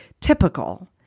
Typical